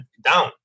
down